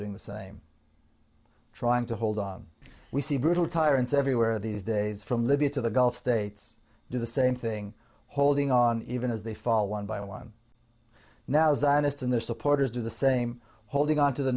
doing the same trying to hold on we see brutal tyrants everywhere these days from libya to the gulf states do the same thing holding on even as they fall one by one now zionists and their supporters do the same holding on to the